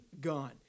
gone